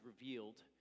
revealed